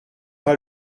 pas